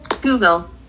Google